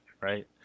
Right